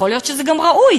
ויכול להיות שזה גם ראוי,